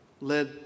led